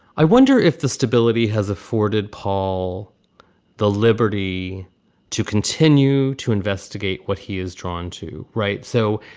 i wonder if the stability has afforded paul the liberty to continue to investigate what he is drawn to. right. so